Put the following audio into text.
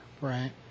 Right